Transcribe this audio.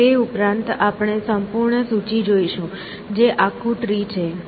તે ઉપરાંત આપણે સંપૂર્ણ સૂચિ જોઈશું જે આખું ટ્રી છે